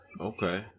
Okay